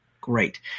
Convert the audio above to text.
Great